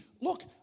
Look